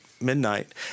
midnight